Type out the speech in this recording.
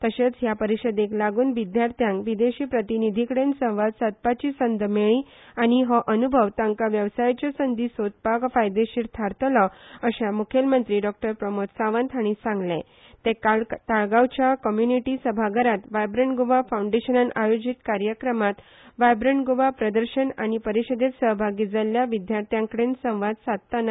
तशेंच हया परिशदेक लागून विध्यार्थ्यांक विदेशी प्रतिनिधीकडेन संवाद साधपाची संद मेळ्ळी आनी हो अन्भव तांका वेवसायाच्यो संदी सोदपाक फायदेशीर थारतलो अशें म्ख्यमंत्री डॉ प्रमोद सावंत हांणी काल ताळगावच्या कम्यूनिटी सभाघरात व्हायब्रण्ट गोवा फाऊंडेशनान आयेजीत कार्यक्रमात व्हायब्रण्ट गोवा प्रदर्शन तथा परिशदेत सहभागी जाल्ल्या विध्यार्थ्या कडेन संवाद साधताना सांगले